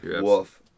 Wolf